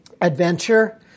adventure